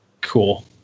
cool